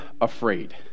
afraid